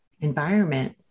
environment